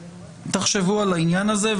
תחשבו על העניין הזה.